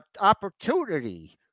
opportunity